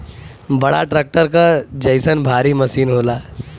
बड़ा ट्रक्टर क जइसन भारी मसीन होला